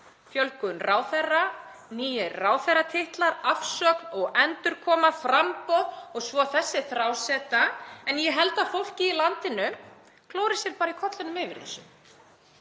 fjölgun ráðherra, nýir ráðherratitlar, afsögn, endurkoma og framboð. Og svo þessi þráseta. Ég held að fólkið í landinu klóri sér bara í kollinum yfir þessu.